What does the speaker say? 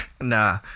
Nah